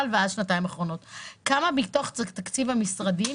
ואז שנתיים אחרונות מתוך תקציב המשרדים